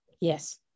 yes